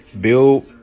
Bill